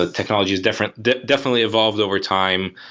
ah technology is different, definitely evolved overtime.